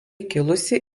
kilusi